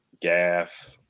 Gaff